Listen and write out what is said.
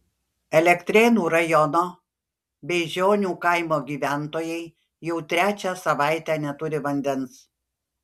elektrėnų rajono beižionių kaimo gyventojai jau trečią savaitę neturi vandens